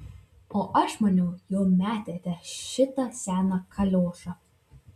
o aš maniau jau metėte šitą seną kaliošą